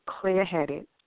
clear-headed